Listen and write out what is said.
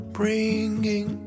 bringing